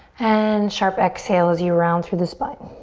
and sharp exhale as you round through the spine.